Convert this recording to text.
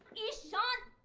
ishaan.